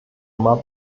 immer